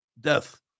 death